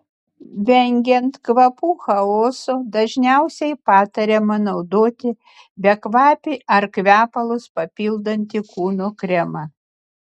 vengiant kvapų chaoso dažniausiai patariama naudoti bekvapį ar kvepalus papildantį kūno kremą